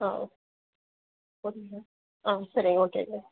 ஆ okay ஓகேங்க ஆ சரி ஓகேங்க